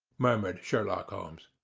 murmured sherlock holmes.